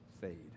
fade